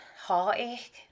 heartache